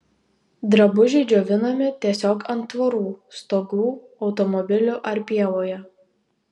drabužiai džiovinami tiesiog ant tvorų stogų automobilių ar pievoje